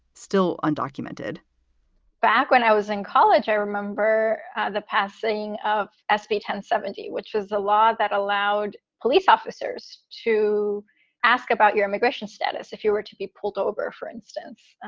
still undocumented back when i was in college, i remember the passing of sb ten seventy, which is the law that allowed police officers to ask about your immigration status if you were to be pulled over, for instance,